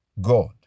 God